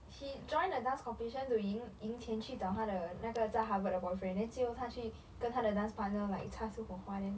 she joined the dance competition to 赢赢钱去找她的的那个在 harvard 的 boyfriend then 最后她去跟她的 dance partner like 擦出火花 then